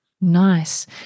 Nice